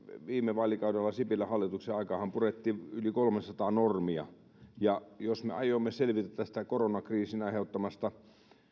viime vaalikaudella sipilän hallituksen aikaanhan purettiin yli kolmesataa normia ja jos me aiomme selvitä tästä koronakriisin aiheuttamasta